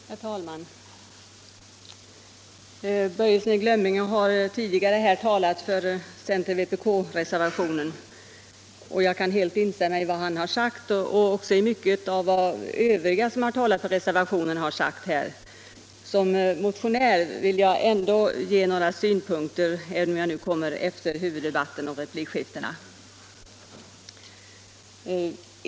Herr talman! Herr Börjesson i Glömminge har tidigare här talat för center-fp-vpk-reservationen, och jag kan instämma i vad han och övriga talesmän för reservationen har sagt. Som motionär vill jag dock anföra några synpunkter, även om jag nu kommer efter huvuddebatten och replikskiftena.